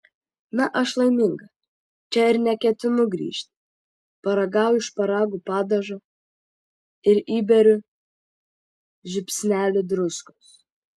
na aš laiminga čia ir neketinu grįžti paragauju šparagų padažo ir įberiu žiupsnelį druskos